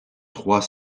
trois